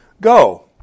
Go